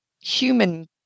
human